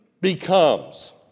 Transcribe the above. becomes